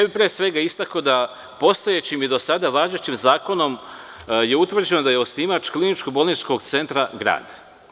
Pre svega, istakao bih da postojećim i do sada važećim zakonom je utvrđeno da je osnivač kliničko-bolničkog centra - grad.